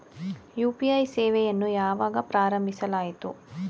UPI ಸೇವೆಯನ್ನು ಯಾವಾಗ ಪ್ರಾರಂಭಿಸಲಾಯಿತು?